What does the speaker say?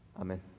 Amen